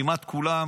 כמעט כולם